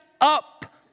up